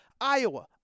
Iowa